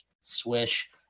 swish